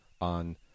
on